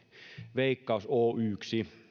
veikkaus oyksi